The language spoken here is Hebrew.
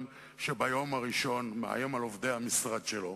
שביום הראשון מאיים על עובדי המשרד שלו.